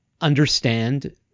understand